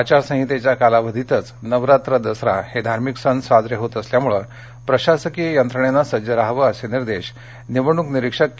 आचारसंहितेच्या कालावधीतच नवरात्र दसरा हे धार्मिक सण साजरे होत असल्यामुळ प्रशासकीय यंत्रणनं सज्ज रहावं असे निर्देश निवडणूक निरीक्षक के